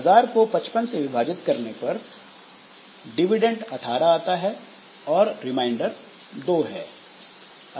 1000 को 55 से विभाजित करने पर डिविडेंड 18 आता है और रिमाइंडर दो है